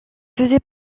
faisait